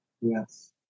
Yes